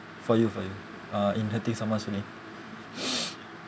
for you for you uh in hurting someone's feeling